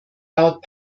laut